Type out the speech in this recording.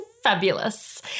Fabulous